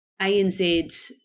ANZ